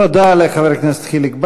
תודה לחבר הכנסת חיליק בר.